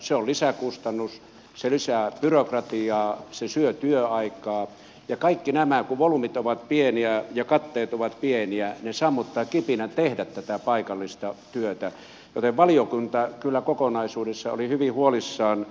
se on lisäkustannus se lisää byrokratiaa se syö työaikaa ja kaikki nämä kun volyymit ovat pieniä ja katteet ovat pieniä sammuttavat kipinän tehdä tätä paikallista työtä joten valiokunta kyllä kokonaisuudessaan oli hyvin huolissaan